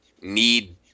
need